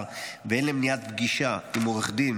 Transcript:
הן להארכות המעצר והן למניעת פגישה עם עורך דין,